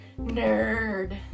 nerd